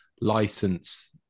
license